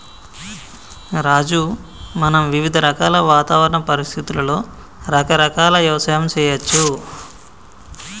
రాజు మనం వివిధ రకాల వాతావరణ పరిస్థితులలో రకరకాల యవసాయం సేయచ్చు